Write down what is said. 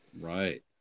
Right